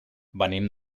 venim